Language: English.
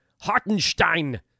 Hartenstein